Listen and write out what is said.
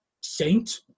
saint